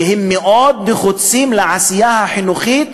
שהם מאוד נחוצים לעשייה החינוכית,